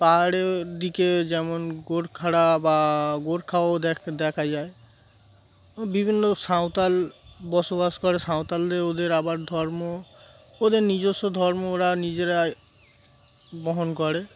পাহাড়ের দিকে যেমন গোর্খা বা গোর্খাও দেখ দেখা যায় বিভিন্ন সাঁওতাল বসবাস করে সাঁওতালদেরিয়ে ওদের আবার ধর্ম ওদের নিজস্ব ধর্ম ওরা নিজেরাই বহন করে